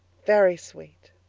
very sweet.